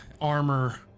armor